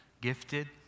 gifted